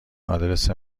آدرس